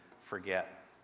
forget